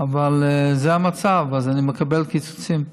אבל זה המצב, אז אני מקבל קיצוצים.